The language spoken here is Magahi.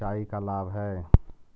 सिंचाई का लाभ है?